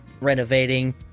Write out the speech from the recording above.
renovating